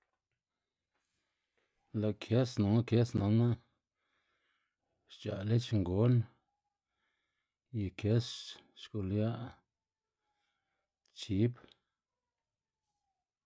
Lë' kës nonga kës nanná xc̲h̲a' lech ngon y kës xgulia' chib.